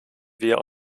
wir